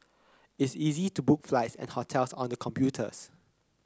it's easy to book flights and hotels on the computers